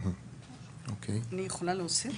אני יכולה להוסיף?